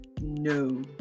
no